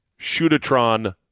Shootatron